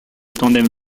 tandem